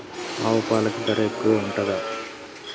ఆవు పాలకి ధర ఎక్కువే ఉంటదా?